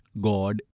God